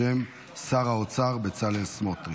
בשם שר האוצר בצלאל סמוטריץ',